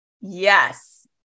Yes